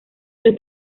los